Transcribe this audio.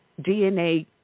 DNA